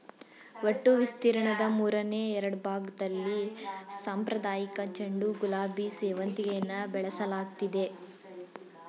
ಒಟ್ಟು ವಿಸ್ತೀರ್ಣದ ಮೂರನೆ ಎರಡ್ಭಾಗ್ದಲ್ಲಿ ಸಾಂಪ್ರದಾಯಿಕ ಚೆಂಡು ಗುಲಾಬಿ ಸೇವಂತಿಗೆಯನ್ನು ಬೆಳೆಸಲಾಗ್ತಿದೆ